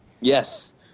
Yes